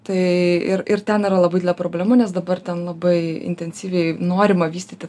tai ir ir ten yra labai didelė problema nes dabar ten labai intensyviai norima vystyti